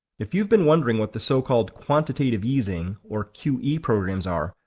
if you've been wondering what the so-called quantitative easing or qe programs are,